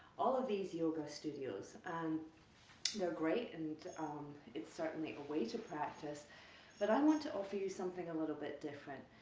all of these yoga studios. and they're great and um certainly a way to practice but i want to offer you something a little bit different.